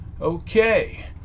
Okay